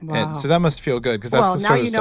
and so that must feel good because that's so you know